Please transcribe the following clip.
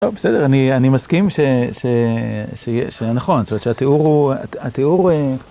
בסדר, אני מסכים שהיה נכון, זאת אומרת שהתיאור הוא, התיאור...